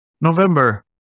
November